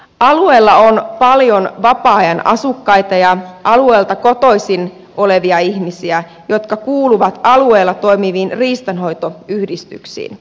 alueella on paljon vapaa ajan asukkaita ja alueelta kotoisin olevia ihmisiä jotka kuuluvat alueella toimiviin riistanhoitoyhdistyksiin